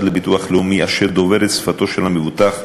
לביטוח לאומי אשר דובר את שפתו של המבוטח,